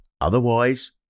Otherwise